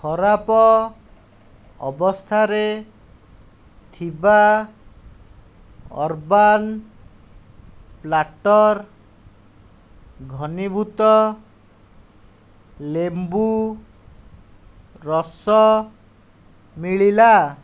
ଖରାପ ଅବସ୍ଥାରେ ଥିବା ଅରବାନ୍ ପ୍ଲାଟର୍ ଘନୀଭୂତ ଲେମ୍ବୁ ରସ ମିଳିଲା